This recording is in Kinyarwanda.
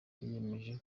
yiyemeje